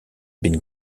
been